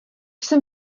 jsem